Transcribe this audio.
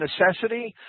necessity